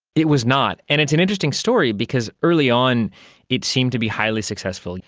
it was not. and it's an interesting story because early on it seemed to be highly successful.